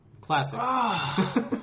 Classic